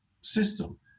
system